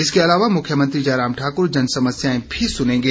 इसके अलावा मुख्यमंत्री जयराम ठाकुर जन समस्याएं भी सुनेंगे